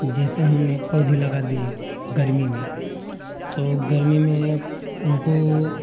जैसे हमने पौधे लगा दिए गर्मी में तो गर्मी में उनको